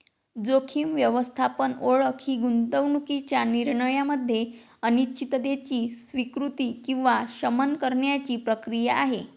जोखीम व्यवस्थापन ओळख ही गुंतवणूकीच्या निर्णयामध्ये अनिश्चिततेची स्वीकृती किंवा शमन करण्याची प्रक्रिया आहे